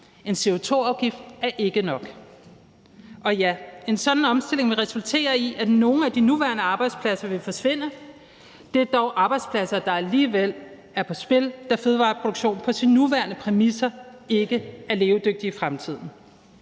En CO2-afgift er ikke nok. Og ja, en sådan omstilling vil resultere i, at nogle af de nuværende arbejdspladser vil forsvinde. Det er dog arbejdspladser, der alligevel er på spil, da fødevareproduktion på sine nuværende præmisser ikke er levedygtig i fremtiden.